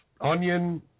onion